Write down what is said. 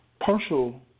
partial